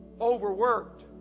Overworked